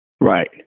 Right